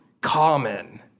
common